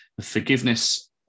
Forgiveness